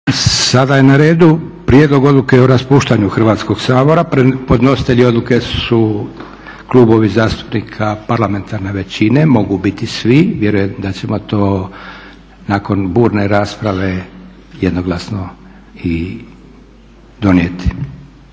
Sada je na radu: - Prijedlog odluke o raspuštanju Hrvatskoga sabora; Podnositelji odluke su klubovi zastupnika parlamentarne većine, mogu biti svi. Vjerujem da ćemo to nakon burne rasprave jednoglasno i donijeti.